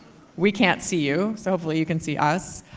we can't see you, so hopefully you can see us.